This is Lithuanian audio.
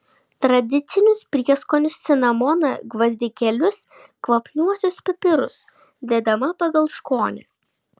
tradicinius prieskonius cinamoną gvazdikėlius kvapniuosius pipirus dedama pagal skonį